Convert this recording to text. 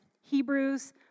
Hebrews